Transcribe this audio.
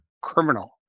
criminal